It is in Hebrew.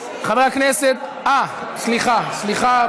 סליחה,